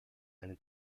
eine